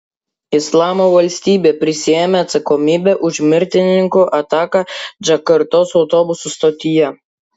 islamo valstybė prisiėmė atsakomybę už mirtininkų ataką džakartos autobusų stotyje